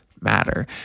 matter